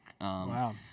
Wow